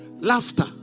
Laughter